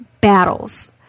battles